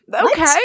okay